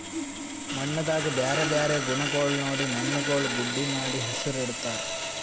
ಮಣ್ಣದಾಗ್ ಬ್ಯಾರೆ ಬ್ಯಾರೆ ಗುಣಗೊಳ್ ನೋಡಿ ಮಣ್ಣುಗೊಳ್ ಗುಡ್ಡಿ ಮಾಡಿ ಹೆಸುರ್ ಇಡತ್ತಾರ್